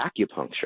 acupuncture